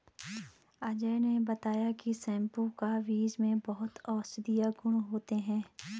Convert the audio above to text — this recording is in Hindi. अजय ने बताया की सौंफ का बीज में बहुत औषधीय गुण होते हैं